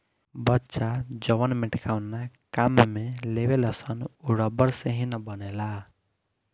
बच्चा जवन मेटकावना काम में लेवेलसन उ रबड़ से ही न बनेला